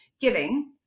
giving